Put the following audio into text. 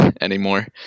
anymore